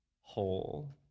whole